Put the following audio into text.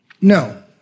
No